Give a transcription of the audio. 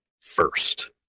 first